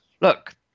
look